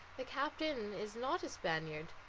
the captain is not a spaniard,